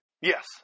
Yes